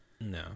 no